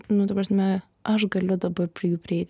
nu ta prasme aš galiu dabar prie jų prieit